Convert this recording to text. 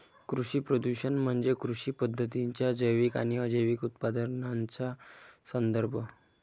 कृषी प्रदूषण म्हणजे कृषी पद्धतींच्या जैविक आणि अजैविक उपउत्पादनांचा संदर्भ